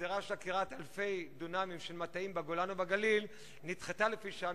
והגזירה של עקירת אלפי דונמים של מטעים בגולן ובגליל נדחתה לפי שעה,